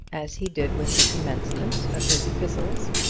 as he did with the commencement of his epistles,